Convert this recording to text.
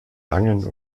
langen